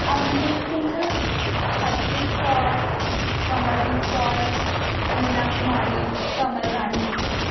Amandeep Singh Harpreet Kaur Kamaldeep Kaur Sanjana Kumari Kamal Rani